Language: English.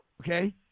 Okay